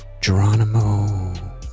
Geronimo